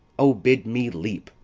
o, bid me leap,